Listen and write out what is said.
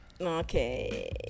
Okay